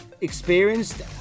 experienced